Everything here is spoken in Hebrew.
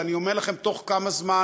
ואני אומר לכם, בתוך כמה זמן